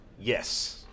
Yes